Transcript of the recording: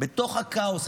בתוך הכאוס הזה.